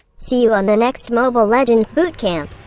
see you on the next mobile legends boot camp!